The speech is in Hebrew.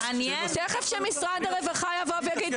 תכף משרד הרווחה יבוא ויגיד.